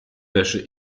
wäsche